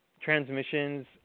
transmissions